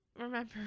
remember